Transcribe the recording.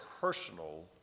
personal